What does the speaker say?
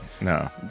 no